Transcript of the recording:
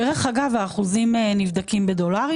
דרך אגב, האחוזים נבדקים בדולרים?